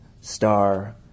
star